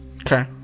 Okay